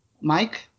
Mike